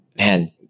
man